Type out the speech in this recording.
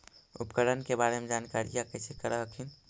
उपकरण के बारे जानकारीया कैसे कर हखिन?